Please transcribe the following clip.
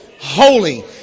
holy